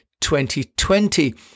2020